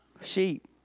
sheep